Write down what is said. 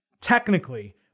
technically